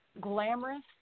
glamorous